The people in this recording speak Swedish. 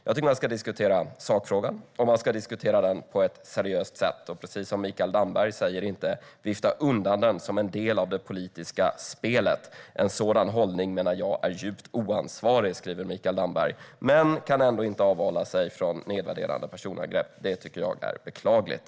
Jag tycker att man ska diskutera sakfrågan, och man ska diskutera den på ett seriöst sätt och, precis som Mikael Damberg säger, inte vifta undan den som en del av det politiska spelet. "En sådan hållning menar jag är djupt oansvarig", har Mikael Damberg skrivit, men han kan ändå inte avhålla sig från nedvärderande personangrepp. Det tycker jag är beklagligt.